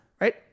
right